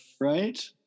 Right